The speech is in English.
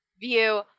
view